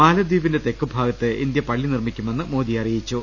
മാലദ്വീപിന്റെ തെക്കുഭാഗത്ത് ഇന്ത്യ പള്ളി നിർമ്മിക്കുമെന്ന് മോദി അറിയി ച്ചു